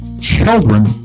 children